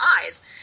eyes